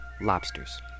lobsters